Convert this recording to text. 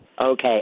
Okay